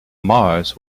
mars